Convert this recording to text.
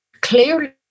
clearly